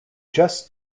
just